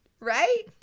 right